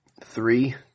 three